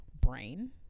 brain